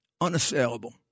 unassailable